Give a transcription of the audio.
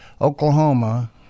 Oklahoma